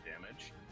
damage